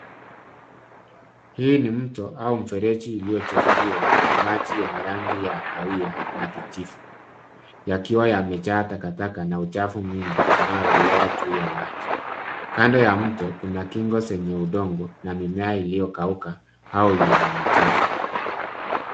Hii ni mto au mfereji iliyochafuliwa na maji yenye rangi ya kahawia na kijivu yakiwa yamejaa takataka na uchafu mwingi unaoelea juu ya maji. Kando ya mto kuna kingo zenye udongo na mimea iliyokauka au yenye uchafu.